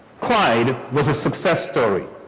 clyde was a success story